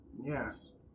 Yes